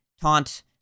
Taunt